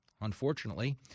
unfortunately